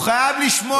הוא חייב לשמוע אותי.